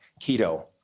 Keto